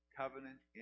covenant